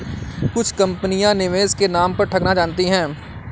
कुछ कंपनियां निवेश के नाम पर ठगना जानती हैं